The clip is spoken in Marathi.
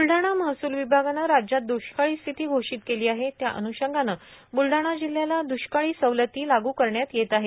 बलडाणा महस्ल विभागान राज्यात दृष्काळी स्थिती घोषीत केली आहे त्या अन्षंगाने बलडाणा जिल्हयाला दृष्काळी सवलती लागू करण्यात येत आहेत